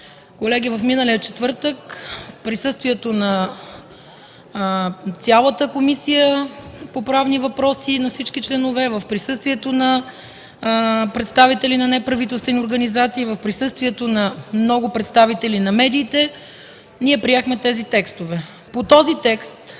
Колеги, в миналия четвъртък в присъствието на цялата Комисия по правни въпроси и на всички членове, в присъствието на представители на неправителствени организации, в присъствието на много представители на медиите ние приехме тези текстове.